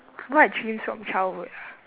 what dreams from childhood